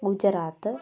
Gujarat